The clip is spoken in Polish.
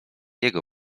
jego